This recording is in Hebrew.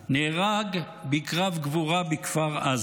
נהרג בקרב גבורה בכפר עזה.